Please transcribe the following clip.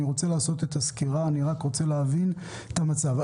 אני רוצה לשמוע את הסקירה ואני רק רוצה להבין את המצב.